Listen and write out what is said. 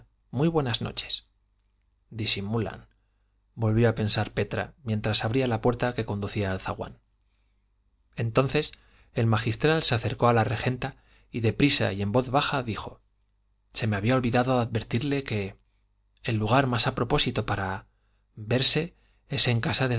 muy buenas noches disimulan volvió a pensar petra mientras abría la puerta que conducía al zaguán entonces el magistral se acercó a la regenta y deprisa y en voz baja dijo se me había olvidado advertirle que el lugar más a propósito para verse es en casa